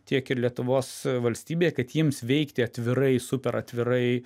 tiek ir lietuvos valstybėje kad jiems veikti atvirai super atvirai